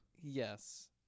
yes